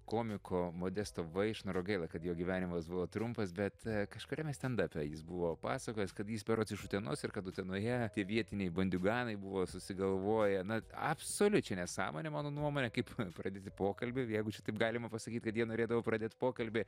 komiko modesto vaišnoro gaila kad jo gyvenimas buvo trumpas bet kažkuriame stendape jis buvo pasakojęs kad jis berods iš utenos ir kad utenoje vietiniai bandiganai buvo susigalvoję na absoliučią nesąmonę mano nuomone kaip pradėti pokalbį jeigu čia taip galima pasakyt kad jie norėdavo pradėt pokalbį